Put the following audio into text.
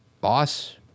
boss